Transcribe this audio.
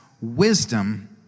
wisdom